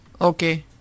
Okay